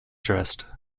dressed